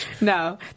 No